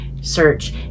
search